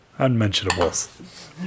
Unmentionables